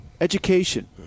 education